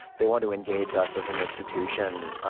they want to engage us as an institution